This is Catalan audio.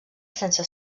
sense